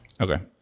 Okay